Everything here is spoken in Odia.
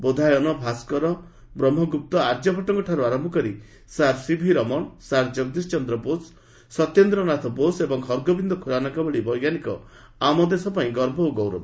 ବୋଧାୟନ ଭାଷର ବ୍ରହ୍ମଗୁପ୍ତ ଆର୍ଯ୍ୟଭଟ୍ଟଙ୍କଠାର୍ଚ ଆରମ୍ଭ କରି sir C V Raman sir Jagadish Chandra Bose Satyendranath Bose ଏବଂ ହରଗୋବିନ୍ଦ ଖୁରାନାଙ୍କ ଭଳି ବୈଜ୍ଞାନିକ ଆମ ଦେଶ ପାଇଁ ଗର୍ବ ଓ ଗୌରବ